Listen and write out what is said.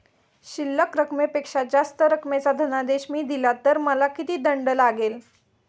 शिल्लक रकमेपेक्षा जास्त रकमेचा धनादेश मी दिला तर मला किती दंड लागेल?